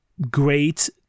great